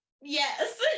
yes